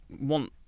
want